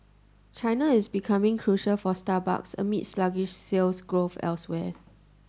China is becoming crucial for Starbucks amid sluggish sales growth elsewhere